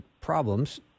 problems